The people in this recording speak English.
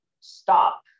stop